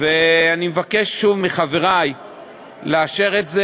אני מבקש שוב מחברי לאשר את זה.